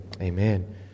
Amen